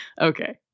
okay